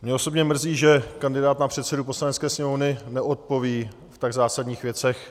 Mě osobně mrzí, že kandidát na předsedu Poslanecké sněmovny neodpoví v tak zásadních věcech.